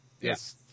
Yes